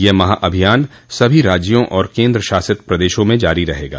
यह महाअभियान सभी राज्यों और केन्द्र शासित प्रदेशों में जारी रहेगा